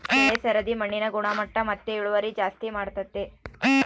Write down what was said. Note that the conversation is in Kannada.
ಬೆಳೆ ಸರದಿ ಮಣ್ಣಿನ ಗುಣಮಟ್ಟ ಮತ್ತೆ ಇಳುವರಿ ಜಾಸ್ತಿ ಮಾಡ್ತತೆ